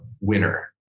winner